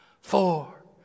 four